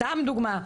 סתם דוגמה,